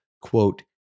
quote